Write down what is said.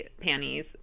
panties